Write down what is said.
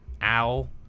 owl